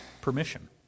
permission